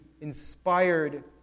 inspired